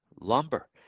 lumber